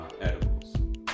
edibles